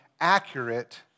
accurate